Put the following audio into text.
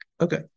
Okay